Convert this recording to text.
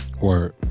word